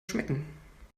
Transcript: schmecken